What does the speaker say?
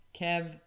Kev